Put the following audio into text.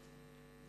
עוד